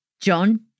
John